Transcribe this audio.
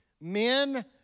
men